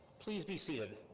please be seated.